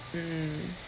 mm